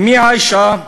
אמי, עיישה,